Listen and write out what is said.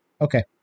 Okay